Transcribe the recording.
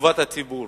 לטובת הציבור